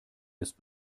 ist